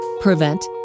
prevent